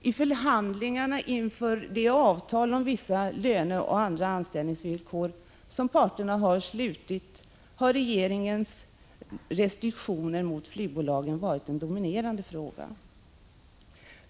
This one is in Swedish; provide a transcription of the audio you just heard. I förhandlingarna inför det avtal om vissa löneoch andra anställningsvillkor som parterna har slutit har regeringens restriktioner mot flygbolagen varit en dominerande fråga.